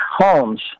homes